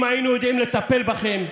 אם היינו יודעים לטפל בכם,